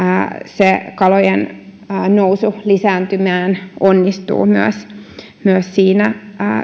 kalojen nousu lisääntymään onnistuu myös siinä